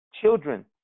Children